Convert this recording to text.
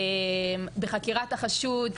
בחקירת החשוד,